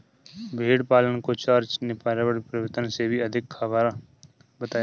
भेड़ पालन को जॉर्ज ने पर्यावरण परिवर्तन से भी अधिक खराब बताया है